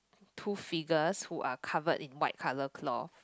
two figures who are covered in white color cloth